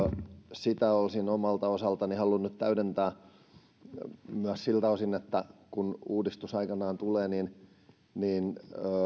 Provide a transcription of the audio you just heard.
sitä olisin omalta osaltani halunnut täydentää siltä osin että kun uudistus aikanaan tulee niin niin